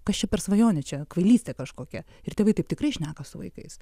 kas čia per svajonė čia kvailystė kažkokia ir tėvai taip tikrai šneka su vaikais